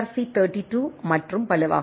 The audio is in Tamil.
சி குறிப்பு நேரம் 1152 32 மற்றும் பலவாகும்